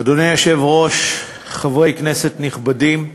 היושב-ראש, חברי כנסת נכבדים,